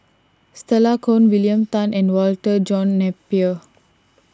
Stella Kon William Tan and Walter John Napier